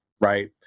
right